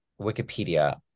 Wikipedia